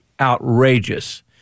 outrageous